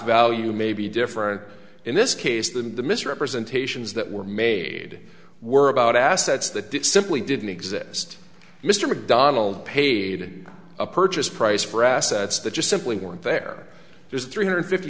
value may be different in this case than the misrepresentations that were made were about assets that simply didn't exist mr mcdonald paid a purchase price for assets that just simply weren't there there's three hundred fifty